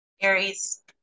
Aries